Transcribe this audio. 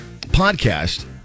podcast